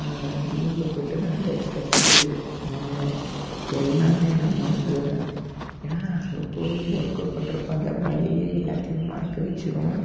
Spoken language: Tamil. நான் ஜிம்முக்குள்ளே போயிட்டேனால் அந்த ஸ்ட்ரஸ்ஸு மனம் எல்லாமே நான் மறந்துடுவேன் ஏன்னால் அங்கே போய் ஒர்க்கவுட் பண்றப்போ அந்த வலியே எல்லாத்தேயும் மறக்க வச்சிடும்